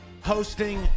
hosting